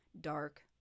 dark